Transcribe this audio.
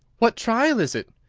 what trial is it?